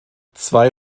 zwei